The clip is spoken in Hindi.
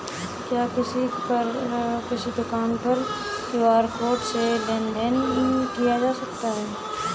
क्या किसी दुकान पर क्यू.आर कोड से लेन देन देन किया जा सकता है?